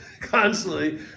constantly